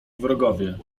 wrogowie